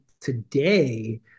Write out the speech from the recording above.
today